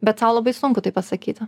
bet sau labai sunku tai pasakyti